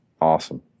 Awesome